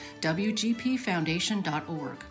wgpfoundation.org